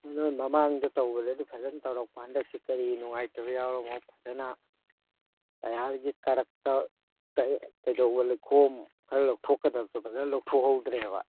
ꯅꯣꯏ ꯃꯃꯥꯡꯗ ꯇꯧꯕꯗ ꯐꯖꯅ ꯇꯧꯔꯛꯄ ꯍꯟꯗꯛꯁꯤ ꯀꯔꯤ ꯅꯨꯡꯉꯥꯏꯇꯕ ꯌꯥꯎꯔꯃꯣ ꯐꯖꯅ ꯇꯌꯥꯔꯒꯤ ꯀꯥꯔꯛꯇ ꯀꯩꯗꯧꯕ ꯂꯩꯈꯣꯝ ꯈꯔ ꯂꯧꯊꯣꯛꯀꯗꯕꯁꯨ ꯐꯖꯅ ꯂꯧꯊꯣꯛꯍꯧꯗ꯭ꯔꯦꯕ